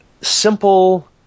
simple